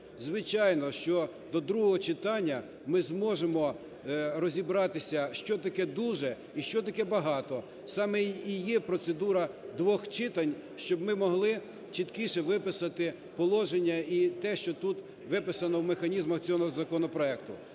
Звичайно, що до другого читання ми зможемо розібратися, що таке дуже і , що таке багато. Саме і є процедура двох читань, щоб ми могли чіткіше виписати положення і те, що тут виписано в механізмах цього законопроекту.